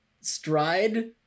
stride